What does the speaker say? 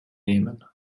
nehmen